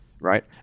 Right